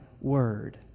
word